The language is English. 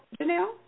Janelle